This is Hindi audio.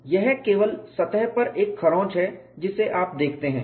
यह केवल सतह पर एक खरोंच है जिसे आप देखते हैं